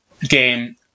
game